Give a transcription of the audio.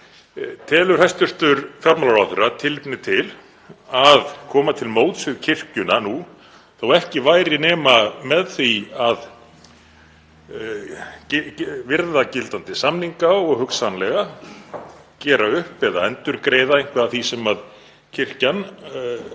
Telur hæstv. fjármálaráðherra tilefni til að koma til móts við kirkjuna nú, þótt ekki væri nema með því að virða gildandi samninga og hugsanlega gera upp eða endurgreiða eitthvað af því sem kirkjan